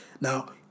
Now